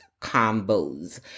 combos